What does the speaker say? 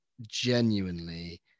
genuinely